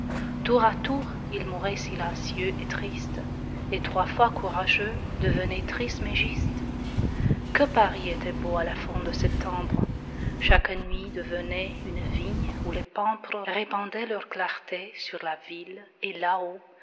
tour à tour ils mouraient silencieux et tristes et trois fois courageux devenaient trismégistes que paris était beau à la fin de septembre chaque nuit devenait une vigne où les pampres répandaient leur clarté sur la ville et là-haut